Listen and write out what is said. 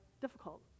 difficult